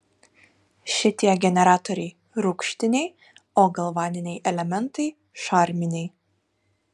šitie generatoriai rūgštiniai o galvaniniai elementai šarminiai